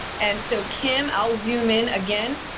and so kim, i'll zoom in again,